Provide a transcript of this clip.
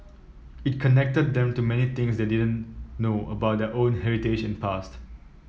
it connected them to many things they didn't know about their own heritage and past